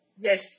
Yes